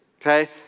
Okay